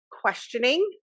questioning